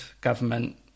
government